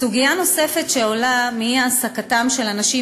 סוגיה נוספת שעולה מאי-העסקתם של אנשים